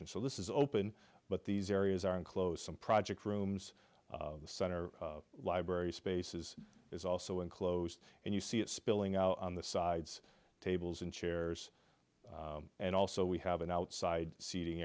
n so this is open but these areas are in close some project rooms the center library spaces is also enclosed and you see it spilling out on the sides tables and chairs and also we have an outside seating